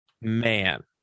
man